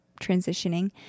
transitioning